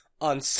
on